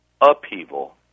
upheaval